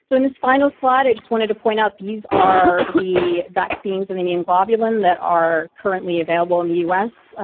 so in this final slide i just wanted to point out these are the vaccines and immune globulin that are currently available in the u s.